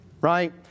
right